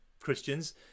Christians